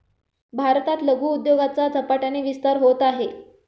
भारतात लघु उद्योगाचा झपाट्याने विस्तार होत आहे